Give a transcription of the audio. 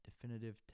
Definitive